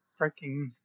freaking